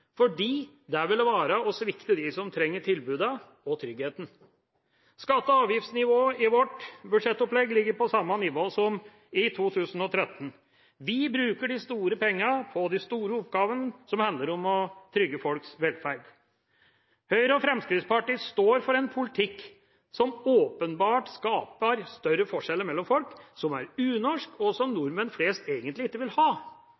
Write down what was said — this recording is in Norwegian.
fordi det ville være å svikte dem som trenger tilbudene og tryggheten. Skatte- og avgiftsnivået i vårt budsjettopplegg ligger på samme nivå som i 2013. Vi bruker de store pengene på de store oppgavene, som handler om å trygge folks velferd. Høyre og Fremskrittspartiet står for en politikk som åpenbart skaper større forskjeller mellom folk, som er unorsk, og som nordmenn flest egentlig ikke vil ha.